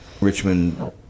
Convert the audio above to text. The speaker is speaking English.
Richmond